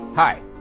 Hi